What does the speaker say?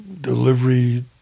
delivery